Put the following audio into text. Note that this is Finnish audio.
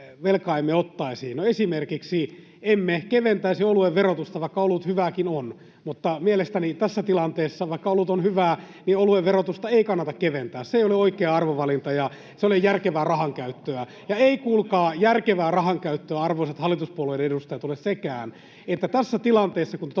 esimerkiksi emme keventäisi oluen verotusta, vaikka olut hyvääkin on. Mielestäni tässä tilanteessa, vaikka olut on hyvää, oluen verotusta ei kannata keventää. Se ei ole oikea arvovalinta, ja se ole järkevää rahankäyttöä. Ja ei kuulkaa järkevää rahankäyttöä, arvoisat hallituspuolueiden edustajat, ole sekään, että tässä tilanteessa, kun te